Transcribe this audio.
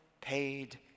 paid